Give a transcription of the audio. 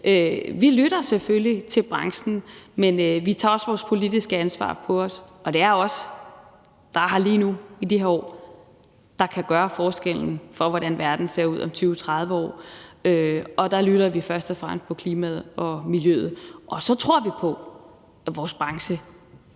Vi lytter selvfølgelig til branchen, men vi tager også vores politiske ansvar på os, og det er os, der er her lige nu i de her år, der kan gøre forskellen, i forhold til hvordan verden ser ud om 20, 30 år, og der lytter vi først og fremmest til klimaet og miljøet. Og så tror vi på, at vores branche